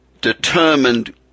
determined